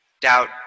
doubt